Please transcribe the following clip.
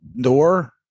door